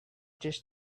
just